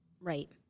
Right